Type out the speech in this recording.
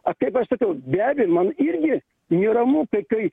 a kaip aš sakiau be abejo man irgi neramu tai kai